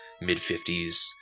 mid-50s